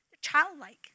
childlike